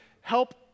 help